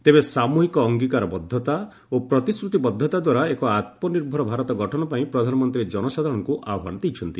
ତେବେ ସାମୃହିକ ଅଙ୍ଗୀକାରବଦ୍ଧତା ଓ ପ୍ରତିଶ୍ରତିବଦ୍ଧତା ଦ୍ୱାରା ଏକ ଆତ୍ମନିର୍ଭର ଭାରତ ଗଠନ ପାଇଁ ପ୍ରଧାନମନ୍ତ୍ରୀ ଜନସାଧାରଣଙ୍କୁ ଆହ୍ପାନ ଦେଇଛନ୍ତି